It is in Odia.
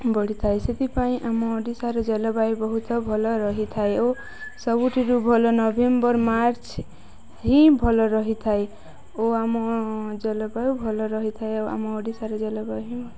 ବଢ଼ିଥାଏ ସେଥିପାଇଁ ଆମ ଓଡ଼ିଶାର ଜଳବାୟୁ ବହୁତ ଭଲ ରହିଥାଏ ଓ ସବୁଠରୁ ଭଲ ନଭେମ୍ବର ମାର୍ଚ୍ଚ ହିଁ ଭଲ ରହିଥାଏ ଓ ଆମ ଜଳବାୟୁ ଭଲ ରହିଥାଏ ଓ ଆମ ଓଡ଼ିଶାର ଜଳବାୟୁ